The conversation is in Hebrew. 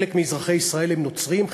חלק מאזרחי ישראל הם נוצרים,